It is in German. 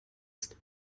ist